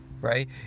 Right